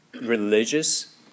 religious